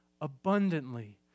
abundantly